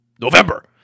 november